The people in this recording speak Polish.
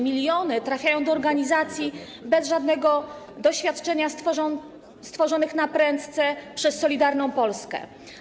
Miliony trafiają do organizacji bez żadnego doświadczenia, stworzonych naprędce przez Solidarną Polskę.